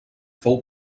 fou